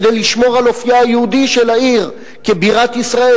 כדי לשמור על אופיה היהודי של העיר כבירת ישראל,